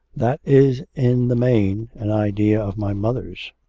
that is in the main an idea of my mother's.